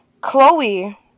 Chloe